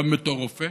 גם בתור רופא